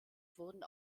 wurden